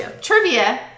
trivia